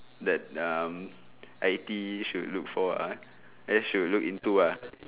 that um I_T_E should look for ah then should look into ah